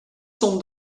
sont